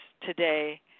today